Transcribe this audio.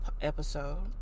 episode